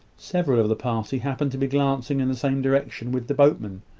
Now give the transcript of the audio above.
several of the party happened to be glancing in the same direction with the boatmen,